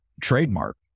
trademark